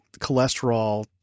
cholesterol